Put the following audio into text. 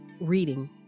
reading